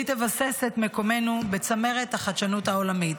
והיא תבסס את מקומנו בצמרת החדשנות העולמית.